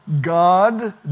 God